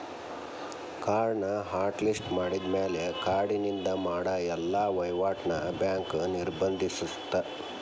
ಕಾರ್ಡ್ನ hot list ಮಾಡಿದ್ಮ್ಯಾಲೆ ಕಾರ್ಡಿನಿಂದ ಮಾಡ ಎಲ್ಲಾ ವಹಿವಾಟ್ನ ಬ್ಯಾಂಕ್ ನಿರ್ಬಂಧಿಸತ್ತ